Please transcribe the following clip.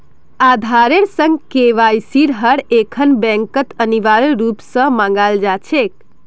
आधारेर संग केवाईसिक हर एकखन बैंकत अनिवार्य रूप स मांगाल जा छेक